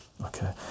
Okay